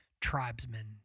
tribesmen